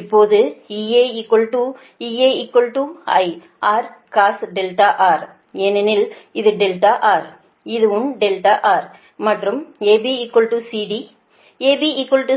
இப்போது EA EA | I | R cos R ஏனெனில் இது R இதுவும் R மற்றும் AB CD AB